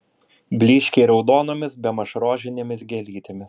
blyškiai raudonomis bemaž rožinėmis gėlytėmis